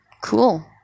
cool